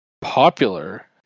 popular